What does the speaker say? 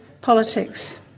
politics